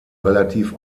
relativ